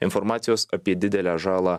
informacijos apie didelę žalą